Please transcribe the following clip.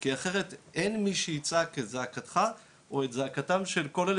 כי אחרת אין מי שיצעק את זעקתך או את זעקתם של כל אלו